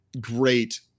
great